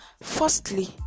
Firstly